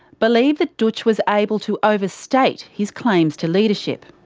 believe that dootch was able to overstate his claims to leadership.